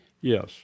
Yes